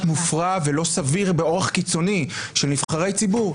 מופרע ולא סביר באורח קיצוני של נבחרי ציבור?